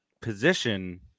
position